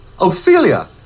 ophelia